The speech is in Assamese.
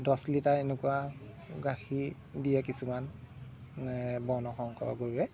দহ লিটাৰ এনেকুৱা গাখীৰ দিয়ে কিছুমান বৰ্ণ সংকৰ গৰুৱে